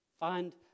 Find